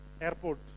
Airport